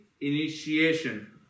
initiation